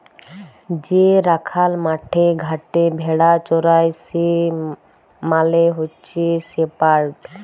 যে রাখাল মাঠে ঘাটে ভেড়া চরাই সে মালে হচ্যে শেপার্ড